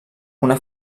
una